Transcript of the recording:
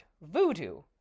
voodoo